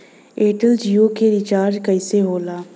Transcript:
Airtel Jio के recharge कैसे होला?